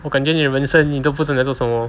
我感觉你人生你都不知道你在做什么